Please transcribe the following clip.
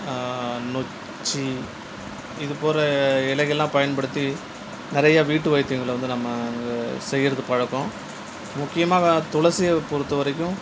நொச்சி இது போன்ற இலைகள்லாம் பயன்படுத்தி நிறைய வீட்டு வைத்தியங்களை வந்து நம்ம செய்கிறது பழக்கம் முக்கியமாக துளசியை பொறுத்தவரைக்கும்